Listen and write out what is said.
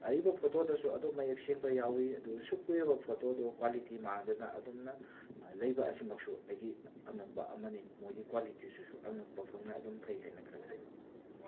ꯑꯔꯤꯕ ꯐꯣꯇꯣꯗꯁꯨ ꯑꯗꯨꯝ ꯃꯌꯦꯛ ꯁꯦꯡꯕ ꯌꯥꯎꯋꯤ ꯑꯗꯨꯒ ꯑꯁꯨꯛ ꯀꯨꯏꯔꯕ ꯐꯣꯇꯣꯗꯣ ꯀ꯭ꯋꯥꯂꯤꯇꯤ ꯃꯥꯡꯗꯅ ꯑꯗꯨꯝꯅ ꯂꯩꯕ ꯑꯁꯤꯃꯛꯁꯨ ꯑꯩꯒꯤ ꯑꯉꯛꯄ ꯑꯃꯅꯤ ꯃꯣꯏꯒꯤ ꯀ꯭ꯋꯥꯂꯤꯇꯤꯁꯤꯁꯨ ꯑꯉꯛꯄ ꯐꯪꯅ ꯑꯗꯨꯝ ꯐꯩ ꯍꯥꯏꯅ ꯈꯜꯂꯤ